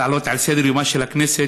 להעלות על סדר-יומה של הכנסת